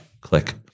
Click